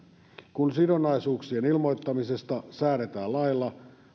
kun sidonnaisuuksien ilmoittamisesta säädetään lailla